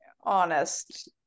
honest